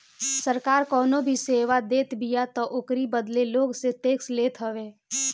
सरकार कवनो भी सेवा देतबिया तअ ओकरी बदले लोग से टेक्स लेत हवे